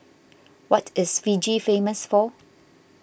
what is Fiji famous for